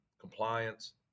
compliance